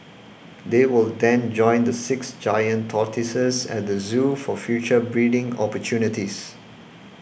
they will then join the six giant tortoises at the zoo for future breeding opportunities